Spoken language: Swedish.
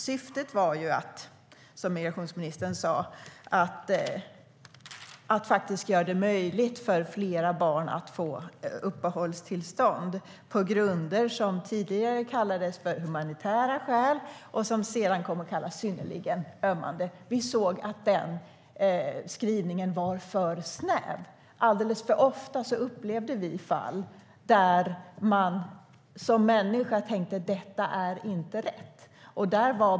Syftet var, som migrationsministern sa, att göra det möjligt för fler barn att få uppehållstillstånd på grunder som tidigare kallades humanitära skäl och som sedan kom att kallas synnerligen ömmande skäl. Vi såg att den skrivningen var för snäv. Alldeles för ofta upplevde vi fall där man som människa tänkte: Detta är inte rätt!